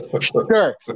Sure